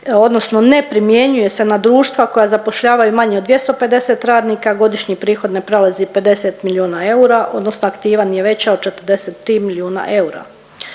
odnosno ne primjenjuje se na društva koja zapošljavaju manje od 250 radnika, godišnji prihod ne prelazi 50 milijuna eura odnosno aktiva nije veća od 43 milijuna eura.